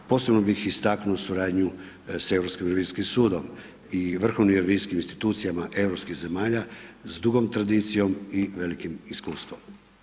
Posebno bih istaknuo suradnju s Europskim revizijskim sudom i vrhovnim revizijskim institucijama europskih zemalja s dugom tradicijom i velikim iskustvom.